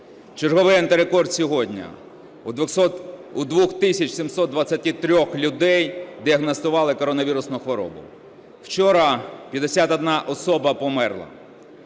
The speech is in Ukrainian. Черговий антирекорд сьогодні – у 2 тисяч 723 людей діагностували коронавірусну хворобу. Вчора 51 особа померла.